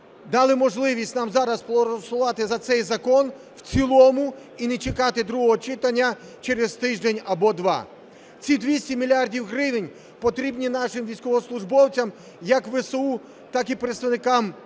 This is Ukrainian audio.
дали можливість нам зараз проголосувати за цей закон в цілому і не чекати другого читання через тиждень або два. Ці 200 мільярдів гривень потрібні нашим військовослужбовцям, як ВСУ, так і представникам